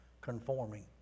conforming